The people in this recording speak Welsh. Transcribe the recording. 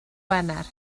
wener